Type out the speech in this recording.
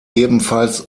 ebenfalls